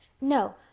No